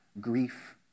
grief